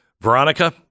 Veronica